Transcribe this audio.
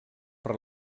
per